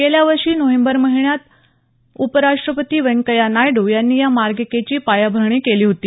गेल्या वर्षी नोव्हेंबर महिन्यात उपराष्ट्रपती व्यंकय्या नायडू यांनी या मार्गिकेची पायाभरणी केली होती